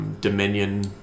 dominion